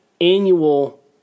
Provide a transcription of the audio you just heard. annual